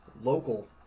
local